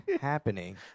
happening